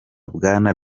bwana